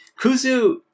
Kuzu